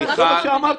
מיכל, מיכל.